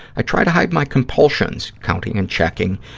i try to hide my compulsions, counting and checking,